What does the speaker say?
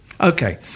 okay